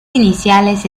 iniciales